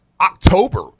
October